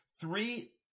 Three